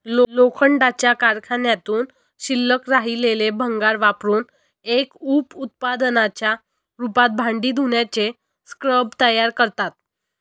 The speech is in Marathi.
लोखंडाच्या कारखान्यातून शिल्लक राहिलेले भंगार वापरुन एक उप उत्पादनाच्या रूपात भांडी धुण्याचे स्क्रब तयार करतात